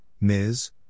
Ms